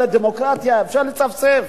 על הדמוקרטיה אפשר לצפצף.